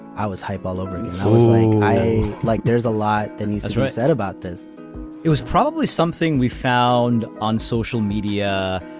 i was hype all over, it was like there's a lot that he said about this it was probably something we found on social media.